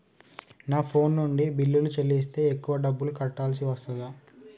నా ఫోన్ నుండి బిల్లులు చెల్లిస్తే ఎక్కువ డబ్బులు కట్టాల్సి వస్తదా?